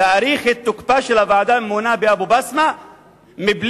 להאריך את תוקפה של הוועדה הממונה באבו-בסמה בלי